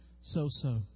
so-so